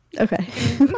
Okay